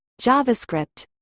JavaScript